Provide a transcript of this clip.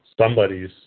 somebody's